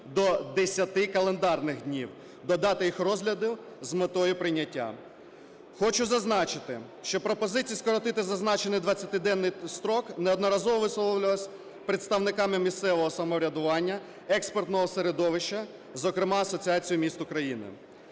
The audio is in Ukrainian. до 10 календарних днів до дати їх розгляду з метою прийняття. Хочу зазначити, що пропозиції скоротити зазначений 20-денний строк неодноразово висловлювалися представниками місцевого самоврядування, експертного середовища, зокрема Асоціацією міст України.